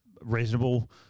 reasonable